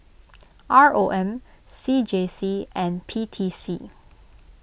R O M C J C and P T C